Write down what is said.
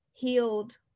healed